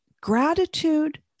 gratitude